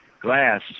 Glass